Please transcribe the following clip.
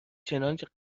چنانچه